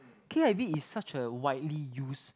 k_i_v is such a widely use